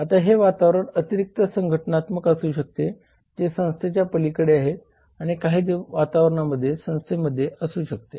आता हे वातावरण अतिरिक्त संघटनात्मक असू शकते जे संस्थेच्या पलीकडे आहे आणि काही वातावरण संस्थेमध्ये असू शकते